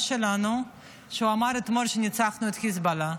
שלנו כשהוא אמר אתמול שניצחנו את חיזבאללה.